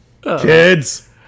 Kids